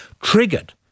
triggered